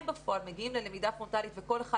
הם בפועל מגיעים ללמידה פרונטלית וכל אחד